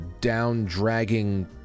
down-dragging